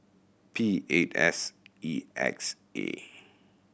P eight S E X A